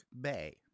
Bay